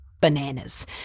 bananas